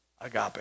agape